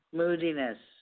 moodiness